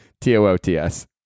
T-O-O-T-S